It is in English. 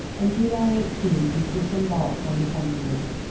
on july eighteenth, he disembarked on the continent,